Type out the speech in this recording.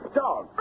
dog